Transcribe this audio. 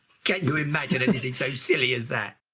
can you imagine anything so silly as that?